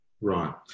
Right